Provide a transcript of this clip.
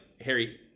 Harry